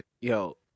Yo